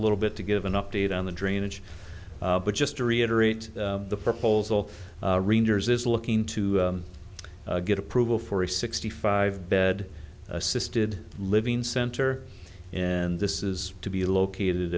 little bit to give an update on the drainage but just to reiterate the proposal ranger's is looking to get approval for a sixty five bed assisted living center and this is to be located